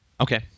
Okay